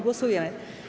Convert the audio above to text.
Głosujemy.